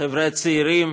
החבר'ה הצעירים